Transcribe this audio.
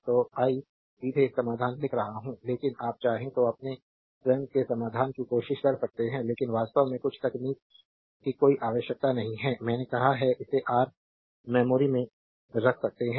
तो आई सीधे समाधान लिख रहा हूं लेकिन आप चाहें तो अपने स्वयं के समाधान की कोशिश कर सकते हैं लेकिन वास्तव में कुछ तकनीक की कोई आवश्यकता नहीं है मैंने कहा है इसे आर मेमोरी में रख सकते हैं